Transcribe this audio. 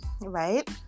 right